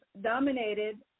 dominated